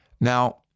Now